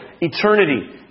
eternity